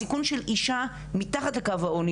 הסיכון של אישה מתחת לקו העוני,